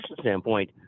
standpoint